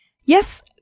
Yes